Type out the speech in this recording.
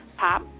pop